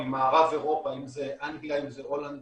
ממערב אירופה, אם זה אנגליה, אם זה הולנד,